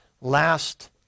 last